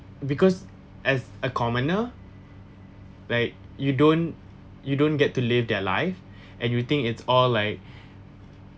because as a commoner like you don't you don't get to live their life and you think it's all like